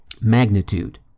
magnitude